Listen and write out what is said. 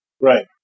Right